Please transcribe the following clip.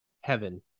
Heaven